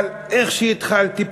אבל איך שהתחלתי,